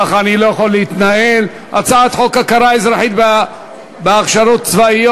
כך אני לא יכול להתנהל: הצעת חוק הכרה אזרחית בהכשרות צבאיות,